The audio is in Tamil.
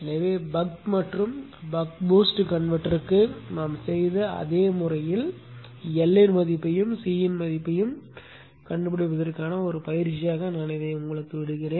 எனவே பக் மற்றும் பக் பூஸ்ட் கன்வெர்ட்டருக்கு நாம் செய்த அதே முறையில் L இன் மதிப்பையும் C இன் மதிப்பையும் கண்டுபிடிப்பதற்கான ஒரு பயிற்சியாக இதை விடுகிறேன்